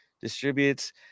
distributes